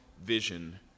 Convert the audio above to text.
vision